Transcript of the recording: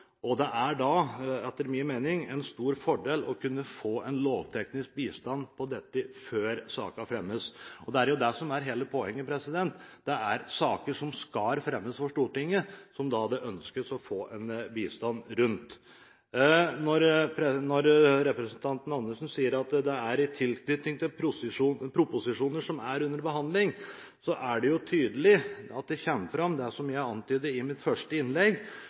er, etter min mening, en stor fordel å kunne få en lovteknisk bistand før sakene fremmes. Det er det som er hele poenget. Det er saker som skal fremmes for Stortinget, som det ønskes å få en bistand til. Når stortingspresident Andersen sier at dette gjelder i tilknytning til proposisjoner som er under behandling, kommer det som jeg antydet i mitt første innlegg, tydelig fram: Lovavdelingen i departementet er regjeringens forlengede arm og skal jobbe etter det og gi råd ut fra de holdninger og synspunkter som